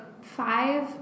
Five